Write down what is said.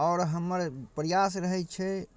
आओर हमर प्रयास रहै छै